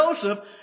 Joseph